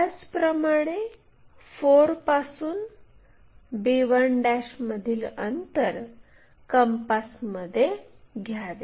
त्याचप्रमाणे 4 पासून b1 मधील अंतर कंपास मध्ये घ्यावे